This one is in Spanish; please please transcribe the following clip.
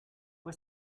fue